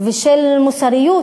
ושל מוסריות.